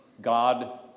God